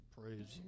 Praise